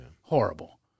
Horrible